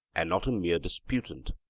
and not a mere disputant,